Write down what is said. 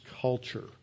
culture